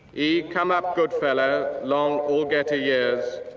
e come up goodfellow long or get a years,